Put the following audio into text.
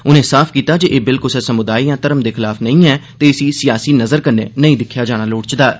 उनें साफ कीता जे एह् बिल कुसा समुदाय यां घर्म दे खलाफ नेईं ऐ ते इसी सियासी नजर कन्नै नेईं दिक्खेआ जाना लोड़चदा ऐ